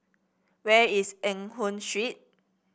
where is Eng Hoon Street